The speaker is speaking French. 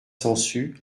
sansu